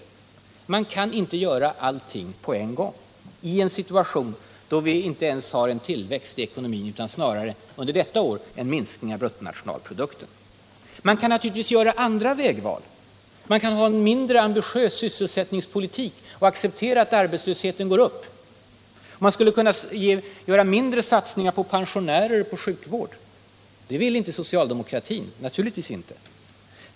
Man kan inte göra allting på en gång i en situation då vi inte ens har en tillväxt i ekonomin utan snarare, under detta år, en minskning i bruttonationalprodukten. Man kan naturligtvis göra andra vägval. Man skulle kunna ha en mindre ambitiös sysselsättningspolitik och acceptera att arbetslösheten går upp. Och man skulle kunna göra mindre satsningar på pensionärer och på sjukvård. Det vill inte socialdemokratin — naturligtvis inte!